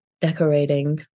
decorating